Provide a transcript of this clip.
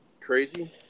Crazy